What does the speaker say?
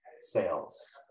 sales